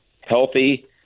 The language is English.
healthy